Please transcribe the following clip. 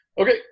Okay